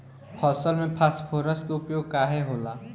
फसल में फास्फोरस के उपयोग काहे होला?